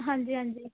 ਹਾਂਜੀ ਹਾਂਜੀ